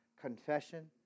Confession